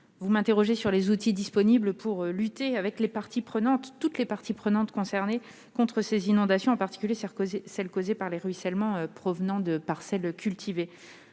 vous m'interrogez sur les outils disponibles pour lutter avec toutes les parties prenantes contre les inondations, en particulier celles qui sont causées par les ruissellements provenant de parcelles cultivées.